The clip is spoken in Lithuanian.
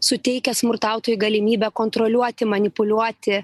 suteikia smurtautojui galimybę kontroliuoti manipuliuoti